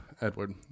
Edward